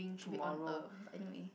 should be on a but anyway